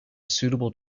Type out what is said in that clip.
suitable